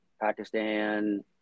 Pakistan